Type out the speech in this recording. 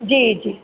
जी जी